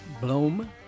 Bloom